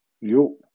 Yo